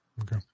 Okay